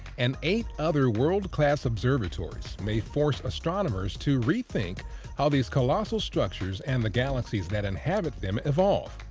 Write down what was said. and eight other world-class observatories may force astronomers to rethink how these colossal structures and the galaxies that inhabit them evolve.